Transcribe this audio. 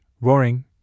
roaring